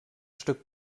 stück